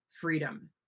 freedom